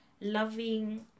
loving